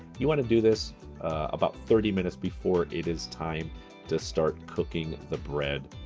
you wanna do this about thirty minutes before it is time to start cooking the bread.